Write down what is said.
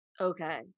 Okay